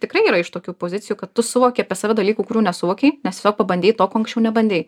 tikrai yra iš tokių pozicijų kad tu suvoki apie save dalykų kurių nesuvokei nes tiesiog pabandei to ko anksčiau nebandei